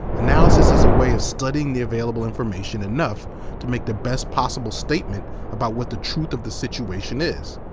analysis is a way of studying the available information enough to make the best possible statement about what the truth of the situation is.